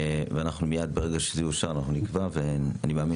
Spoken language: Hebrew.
ברגע שזה יאושר אנחנו נקבע דיון ואני מאמין